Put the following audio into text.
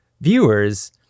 viewers